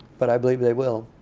but i believe they will.